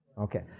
Okay